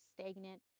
stagnant